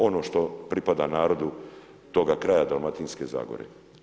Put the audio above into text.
Ono što pripada narodu, toga kraja Dalmatinske zagore.